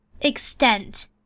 extent